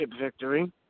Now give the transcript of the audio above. victory